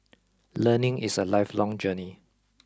learning is a lifelong journey